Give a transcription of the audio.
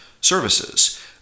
services